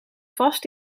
vast